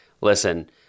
listen—